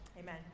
Amen